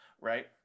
Right